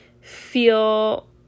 feel